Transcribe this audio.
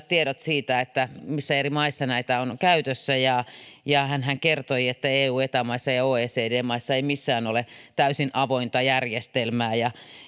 tiedot siitä missä eri maissa näitä on käytössä ja hänhän kertoi että eu ja eta maissa ja oecd maissa ei missään ole täysin avointa järjestelmää ja